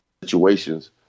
situations